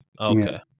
Okay